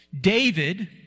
David